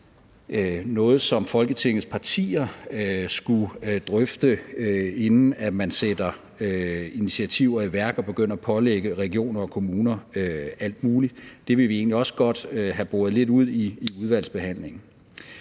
noget, som Folketingets partier skulle drøfte, inden man sætter initiativer i værk og begynder at pålægge regioner og kommuner alt muligt? Det vil vi egentlig også godt have boret lidt ud i udvalgsbehandlingen.